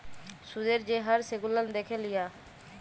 সুদের যে হার সেগুলান দ্যাখে লিয়া